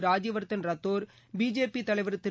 Rajyavardhan Rathore BJP தலைவர் திரு